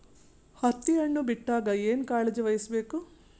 ಹತ್ತಿ ಹಣ್ಣು ಬಿಟ್ಟಾಗ ಏನ ಕಾಳಜಿ ವಹಿಸ ಬೇಕು?